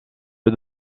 peu